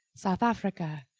south africa.